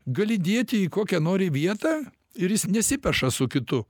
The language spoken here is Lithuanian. gali dėti į kokią nori vietą ir jis nesipeša su kitu